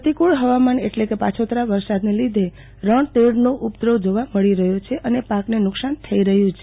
પ્રતિકુળ હવામાન એટલે કે પાછોતરા વરસાદના લીધે રણ તીડનો ઉપદ્રવ જોવા મળી રહ્યો છે અને પાક ને નુકશાન થઈ રહ્યુ છે